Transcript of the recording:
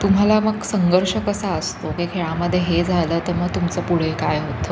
तुम्हाला मग संघर्ष कसा असतो की खेळामदे हे झालं तर मग तुमचं पुढे काय होतं